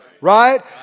right